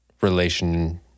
relation